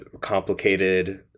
complicated